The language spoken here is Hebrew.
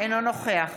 אינו נוכח